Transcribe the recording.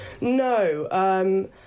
No